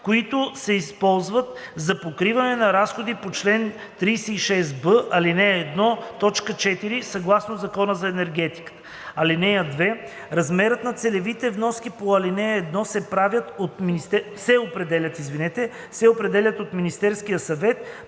които се използват за покриване на разходи по чл. 36б, ал. 1, т. 4 съгласно Закона за енергетиката. (2) Размерът на целевите вноски по ал. 1 се определя от Министерския съвет